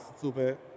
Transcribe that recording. Super